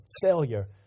failure